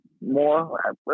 more